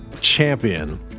champion